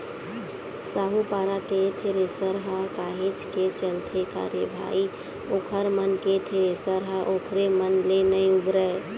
साहूपारा थेरेसर ह काहेच के चलथे का रे भई ओखर मन के थेरेसर ह ओखरे मन ले नइ उबरय